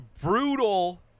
brutal